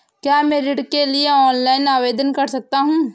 क्या मैं ऋण के लिए ऑनलाइन आवेदन कर सकता हूँ?